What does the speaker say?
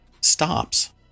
stops